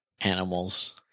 animals